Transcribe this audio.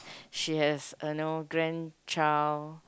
she has uh no grandchild